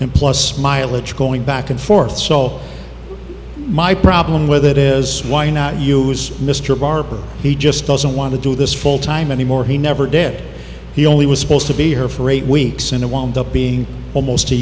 and plus mileage going back and forth so my problem with it is why not use mr barber he just doesn't want to do this full time anymore he never did he only was supposed to be here for eight weeks and a wound up being almost a